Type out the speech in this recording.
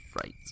Fright